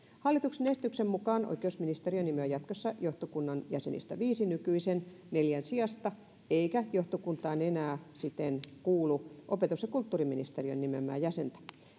hallituksen esityksen mukaan oikeusministeriö nimeää jatkossa johtokunnan jäsenistä viisi nykyisen neljän sijasta eikä johtokuntaan enää siten kuulu opetus ja kulttuuriministeriön nimeämää jäsentä